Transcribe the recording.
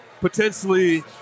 potentially